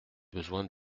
besoin